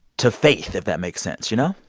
to faith, if that makes sense, you know?